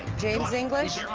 james english?